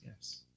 yes